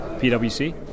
PWC